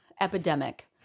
epidemic